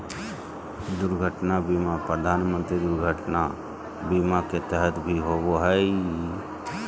दुर्घटना बीमा प्रधानमंत्री दुर्घटना बीमा के तहत भी होबो हइ